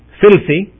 filthy